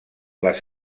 les